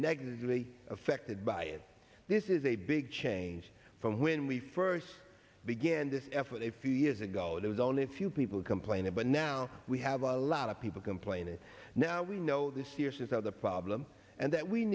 negatively affected by it this is a big change from when we first began this effort a few years ago there was only a few people complain it but now we have a lot of people complaining now we know this years are the problem and that we